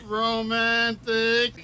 romantic